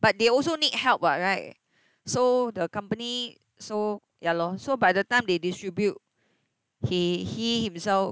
but they also need help [what] right so the company so ya lor so by the time they distribute he he himself